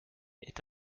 est